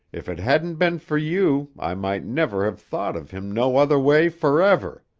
if it hadn't been for you, i might never have thought of him no other way forever.